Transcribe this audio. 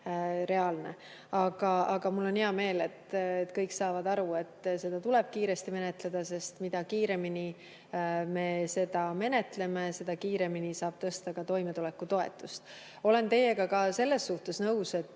Aga mul on hea meel, et kõik saavad aru, et seda tuleb kiiresti menetleda, sest mida kiiremini me seda menetleme, seda kiiremini saab tõsta ka toimetulekutoetust. Olen teiega ka selles suhtes nõus, et